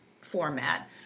format